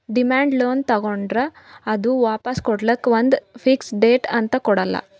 demand loan ತಗೋಂಡ್ರ್ ಅದು ವಾಪಾಸ್ ಕೊಡ್ಲಕ್ಕ್ ಒಂದ್ ಫಿಕ್ಸ್ ಡೇಟ್ ಅಂತ್ ಕೊಡಲ್ಲ